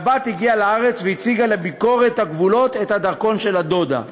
והבת הגיעה לארץ והציגה לביקורת הגבולות את הדרכון של הדודה.